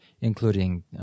including